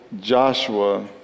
Joshua